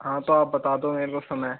हाँ तो आप बता दो मेरे को समय